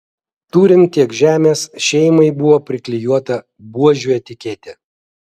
turint tiek žemės šeimai buvo priklijuota buožių etiketė